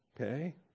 Okay